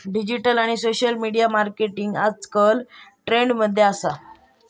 digital आणि social media marketing आजकल trend मध्ये असा